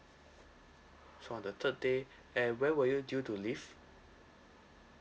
from the third day and when were you due to leave